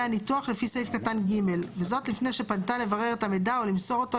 הניתוח לפי סעיף קטן (ג) וזאת לפני שפנתה לברר את המידע או למסור אותו,